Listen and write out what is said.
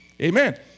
Amen